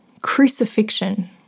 crucifixion